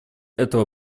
этого